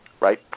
right